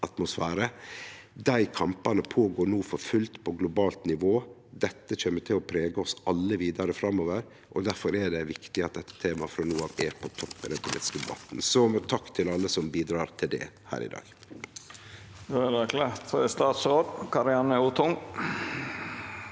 Dei kampane går no føre seg for fullt på globalt nivå. Dette kjem til å prege oss alle vidare framover, og difor er det viktig at dette temaet frå no av er på topp i den politiske debatten. Så takk til alle som bidreg til det her i dag.